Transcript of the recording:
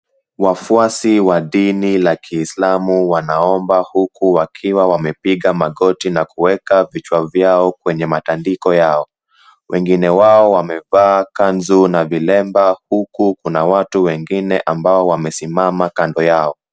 Wafuasi wa dini la kislamu wanaomba huku wakiwa wamepiga magoti na kueka vichwa vyao kwenye matandiko yao, wengine wao wamevaa kanzu na vilemba huku kuna watu wengine ambao wamesimama kando yao.